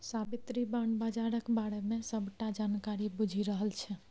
साबित्री bond बजारक बारे मे सबटा जानकारी बुझि रहल छै